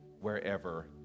wherever